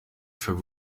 for